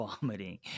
vomiting